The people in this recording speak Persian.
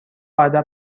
ادب